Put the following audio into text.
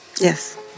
Yes